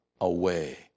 away